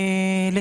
לא התקיימה,